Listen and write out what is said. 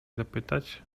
zapytać